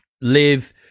live